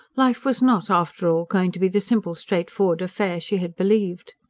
life was not, after all, going to be the simple, straightforward affair she had believed.